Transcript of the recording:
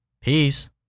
peace